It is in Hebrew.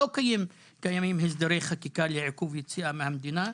לא קיימים הסדרי חקיקה לעיכוב יציאה מהמדינה.